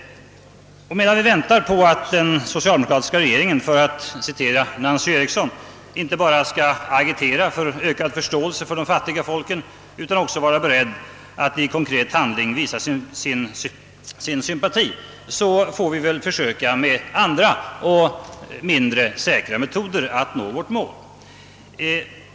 Medan vi väntar på att den socialdemokratiska regeringen, för att citera fru Eriksson i Stockholm, inte bara skall agitera för ökad förståelse för de fattiga folken utan också vara beredd att i konkret hand ling visa sin sympati så får vi väl försöka med andra och mindre säkra metoder att nå vårt mål.